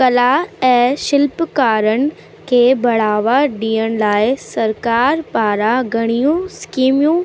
कला ऐं शिल्पकारनि खे बढ़ावा ॾियण लाइ सरकारु पारां घणियूं स्कीमियूं